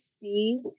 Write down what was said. see